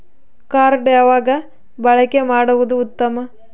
Card ಯಾವಾಗ ಬಳಕೆ ಮಾಡುವುದು ಉತ್ತಮ?